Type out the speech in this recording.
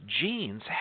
genes